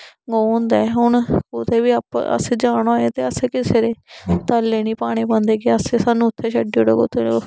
ओह् होंदा हुन कुते बी असें जाना होवे ते असें कुसे दे तरले नेई पाना पौंदे की अस साह्नू उत्थे छड्डी ओड़ो ते